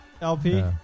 LP